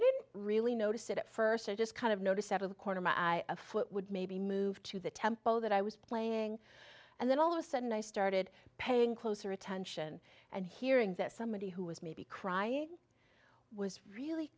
didn't really notice it at first i just kind of noticed out of the corner a foot would maybe move to the tempo that i was playing and then all of a sudden i started paying closer attention and hearing that somebody who was maybe crying was really